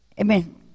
Amen